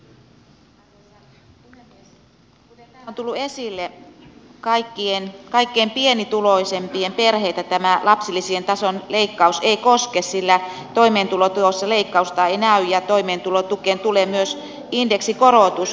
kuten täällä on tullut esille kaikkein pienituloisimpien perheitä tämä lapsilisien tason leikkaus ei koske sillä toimeentulotuessa leikkausta ei näy ja toimeentulotukeen tulee myös indeksikorotus